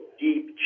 deep